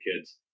kids